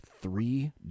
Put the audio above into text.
three